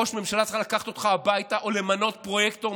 ראש הממשלה צריך לקחת אותך הביתה או למנות פרויקטור,